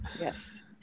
yes